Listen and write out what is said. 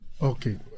Okay